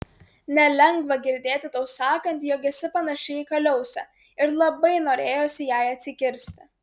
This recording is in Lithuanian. nelengva girdėti tau sakant jog esi panaši į kaliausę ir labai norėjosi jai atsikirsti